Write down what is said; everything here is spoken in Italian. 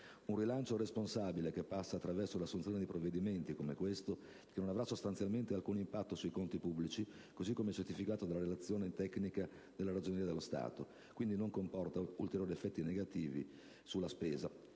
un rilancio responsabile che passa attraverso 1'assunzione di provvedimenti, come questo che non avrà sostanzialmente alcun impatto sui conti pubblici, così come certificato dalla Relazione tecnica «bollinata» dalla Ragioneria dello Stato, e che quindi non comporta ulteriori effetti negativi sulla spesa.